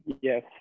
Yes